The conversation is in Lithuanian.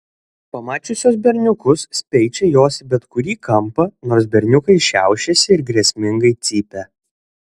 pamačiusios berniukus speičia jos į bet kurį kampą nors berniukai šiaušiasi ir grėsmingai cypia